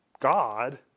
God